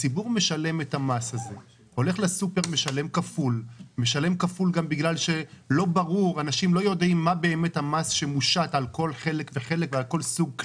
הציבור משלם כפול בחנויות כי לא ברור מה פלח המס שמושת על כל כלי וכלי.